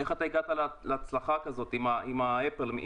איך הגעת להצלחה כזאת עם האייפון?